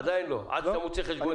עדיין לא, עד שאתה מוציא חשבונית.